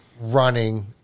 running